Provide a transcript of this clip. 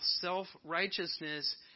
self-righteousness